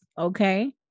Okay